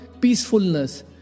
peacefulness